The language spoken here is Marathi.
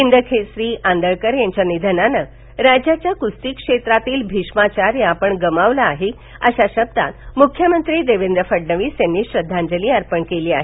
हिंदकेसरी आंदळकर यांच्या निधनानं राज्याच्या कुस्ती क्षेत्रातील भीष्माचार्य आपण गमावला आहे अश्या शब्दात मुख्यमंत्री देवेंद्र फडणवीस यांनी श्रद्धांजली अर्पण केली आहे